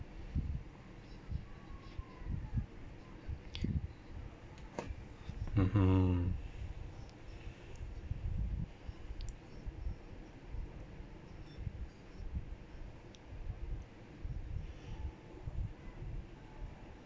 mmhmm